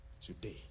today